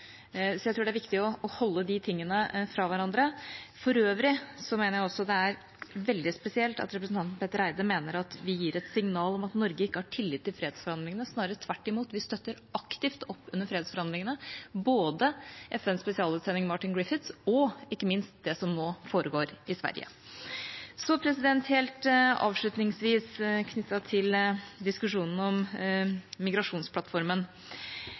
Jeg tror det er viktig å holde de tingene fra hverandre. For øvrig mener jeg også det er veldig spesielt at representanten Petter Eide mener at vi gir et signal om at Norge ikke har tillit til fredsforhandlingene. Snarere tvert imot – vi støtter aktivt opp under fredsforhandlingene, både de til FNs spesialutsending, Martin Griffiths, og ikke minst det som nå foregår i Sverige. Helt avslutningsvis knyttet til diskusjonen om migrasjonsplattformen: